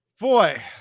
Boy